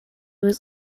was